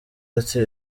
ati